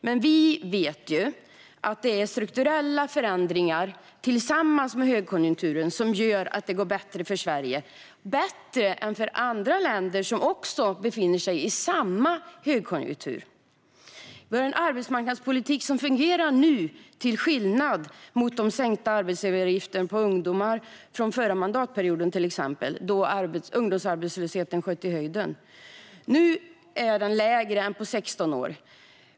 Men vi vet ju att det är strukturella förändringar, tillsammans med högkonjunkturen, som gör att det går bättre för Sverige än för andra länder som också befinner sig i samma högkonjunktur. Vi har en arbetsmarknadspolitik som fungerar nu, till skillnad från till exempel de sänkta arbetsgivaravgifterna för ungdomar från förra mandatperioden, då ungdomsarbetslösheten sköt i höjden. Nu är den lägre än på 16 år.